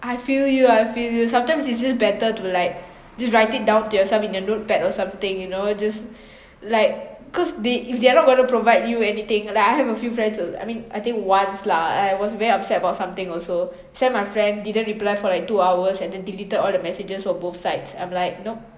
I feel you I feel you sometimes it's just better to like just write it down to yourself in the notepad or something you know just like cause the~ if they're not going to provide you anything like I have a few friends al~ I mean I think once lah I was very upset about something also send my friend didn't reply for like two hours and then deleted all the messages for both sides I’m like nope